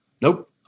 Nope